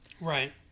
Right